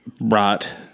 brought